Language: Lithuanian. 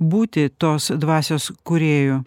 būti tos dvasios kūrėju